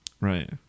Right